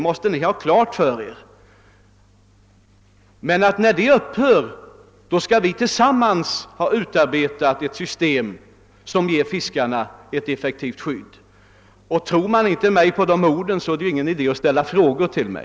Men när den upphör skall vi tillsammans ha utarbetat ett system som ger fiskarna ett effektivt skydd. Tror man mig inte på dessa ord, är det ingen idé att ställa frågor till mig.